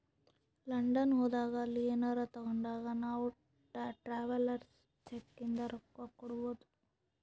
London ಹೋದಾಗ ಅಲ್ಲಿ ಏನರೆ ತಾಗೊಂಡಾಗ್ ನಾವ್ ಟ್ರಾವೆಲರ್ಸ್ ಚೆಕ್ ಇಂದ ರೊಕ್ಕಾ ಕೊಡ್ಬೋದ್